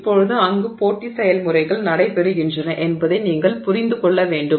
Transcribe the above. இப்போது அங்கு போட்டி செயல்முறைகள் நடைபெறுகின்றன என்பதை நீங்கள் புரிந்து கொள்ள வேண்டும்